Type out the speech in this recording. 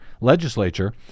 legislature